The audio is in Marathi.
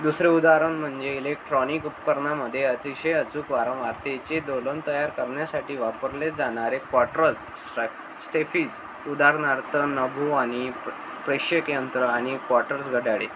दुसरे उदाहरण म्हणजे इलेक्ट्रॉनिक उपकरणामध्ये अतिशय अचूक वारंवारतेचे दोलन तयार करण्यासाठी वापरले जाणारे क्वाट्रज स्ट्रा स्टेफिज उदाहरणार्थ नभोवाणी प्र प्रेषकयंत्र आणि क्वार्टस घड्याळे